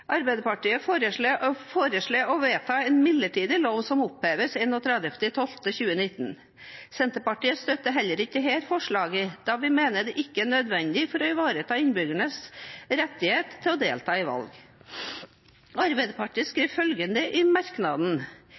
Arbeiderpartiet foreslår å vedta en midlertidig lov som oppheves den 31. desember 2019. Senterpartiet støtter heller ikke dette forslaget, da vi mener det ikke er nødvendig for å ivareta innbyggernes rettighet til å delta i valg. Arbeiderpartiet skriver følgende i